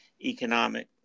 economic